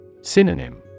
Synonym